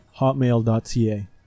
Hotmail.ca